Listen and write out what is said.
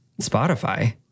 Spotify